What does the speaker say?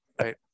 Right